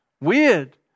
weird